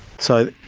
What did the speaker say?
so